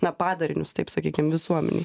na padarinius taip sakykim visuomenei